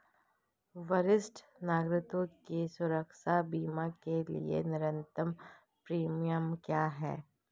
वरिष्ठ नागरिकों के स्वास्थ्य बीमा के लिए न्यूनतम प्रीमियम क्या है?